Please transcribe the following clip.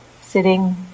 sitting